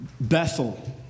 Bethel